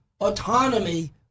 autonomy